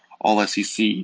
All-SEC